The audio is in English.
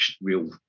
real